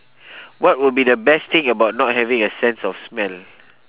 what would be the best thing about not having a sense of smell